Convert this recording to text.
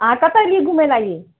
अहाँ कत्तऽ एलियै घूमै लागी